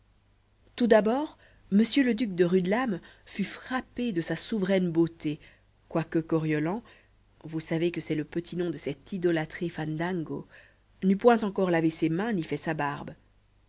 tout d'abord m le duc de rudelame fut frappé de sa souveraine beauté quoique coriolan vous savez que c'est le petit nom de cet idolâtré fandango n'eut point encore lavé ses mains ni fait sa barbe